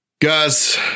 guys